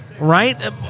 Right